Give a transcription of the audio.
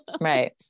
Right